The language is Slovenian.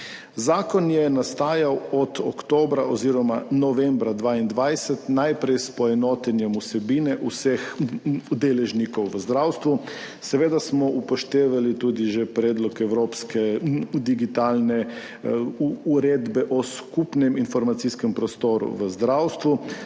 Zakon je nastajal od oktobra oziroma novembra 2022, najprej s poenotenjem vsebine vseh deležnikov v zdravstvu. Seveda smo upoštevali tudi že predlog evropske digitalne uredbe o skupnem informacijskem prostoru v zdravstvu.